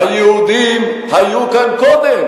היהודים היו כאן קודם,